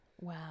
Wow